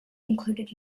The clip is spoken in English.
included